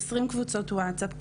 עשרים קבוצות ווטסאפ,